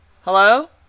hello